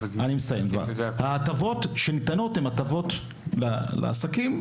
ההטבות שניתנות הן הטבות לעסקים,